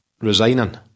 resigning